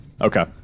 Okay